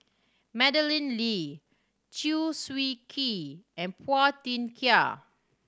Madeleine Lee Chew Swee Kee and Phua Thin Kiay